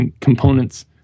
components